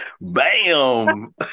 bam